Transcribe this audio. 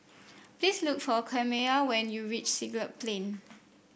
please look for Camilla when you reach Siglap Plain